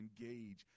engage